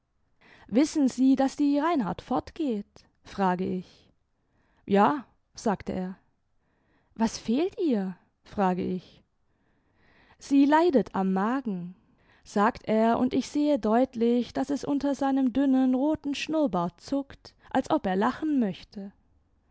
wissen sie daß die reinhard fortgeht frage ich ja sagte er was fehlt ihr frage ich sie leidet am magen sagt er imd ich sehe deutlich daß es unter seinem dünnen roten schnurrbart zuckt als ob er lachen möchte